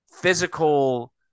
physical